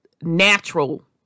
natural